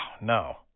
no